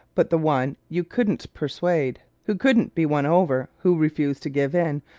but the one you couldn't persuade, who couldn't be won over, who refused to give in,